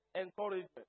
encouragement